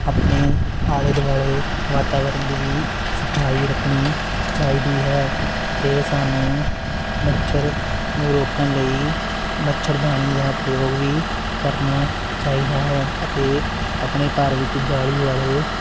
ਆਪਣੇ ਆਲੇ ਦੁਆਲੇ ਵਾਤਾਵਰਨ ਦੀ ਵੀ ਸਫਾਈ ਰੱਖਣੀ ਚਾਹੀਦੀ ਹੈ ਅਤੇ ਸਾਨੂੰ ਮੱਛਰ ਨੂੰ ਰੋਕਣ ਲਈ ਮੱਛਰ ਦਾਣੀ ਦਾ ਪ੍ਰਯੋਗ ਵੀ ਕਰਨਾ ਚਾਹੀਦਾ ਹੈ ਅਤੇ ਆਪਣੇ ਘਰ ਵਿੱਚ ਜਾਲੀ ਵਾਲੇ